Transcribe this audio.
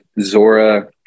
Zora